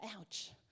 ouch